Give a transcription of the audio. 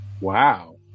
Wow